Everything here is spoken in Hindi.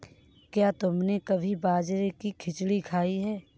क्या तुमने कभी बाजरे की खिचड़ी खाई है?